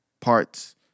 parts